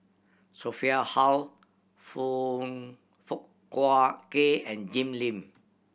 Sophia Hull Foong Fook Kay and Jim Lim